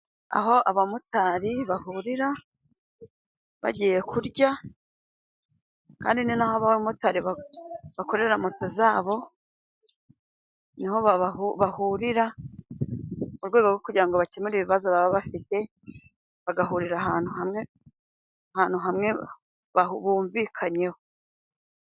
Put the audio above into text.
Aho abamotari bahurira bagiye kurya, kandi ni naho abamotari bakorera moto zabo, niho bahurira mu rwego rwo kugira ngo bakemure ibibazo baba bafite, bagahurira ahantu hamwe, ahantu hamwe bumvikanyeho.